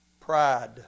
Pride